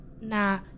Nah